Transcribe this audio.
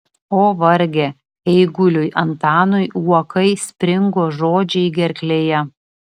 o varge eiguliui antanui uokai springo žodžiai gerklėje